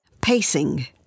Pacing